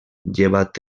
llevat